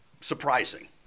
surprising